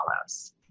follows